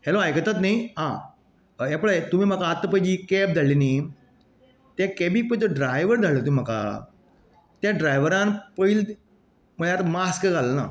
hello आयकतात न्ही आं हें पळय तुमी म्हाका आत्तां पय जी कॅब धाडल्या न्ही त्या कॅबीक पळय त्या ड्रायवर धाडला तुमी म्हाका त्या ड्रायवरान पयलीं म्हळ्यार मास्क घालना